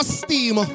steam